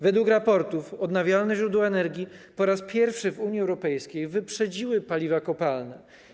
Według raportów odnawialne źródła energii po raz pierwszy w Unii Europejskiej wyprzedziły paliwa kopalne.